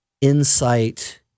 insight